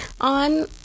on